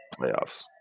playoffs